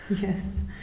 yes